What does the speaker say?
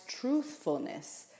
truthfulness